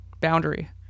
boundary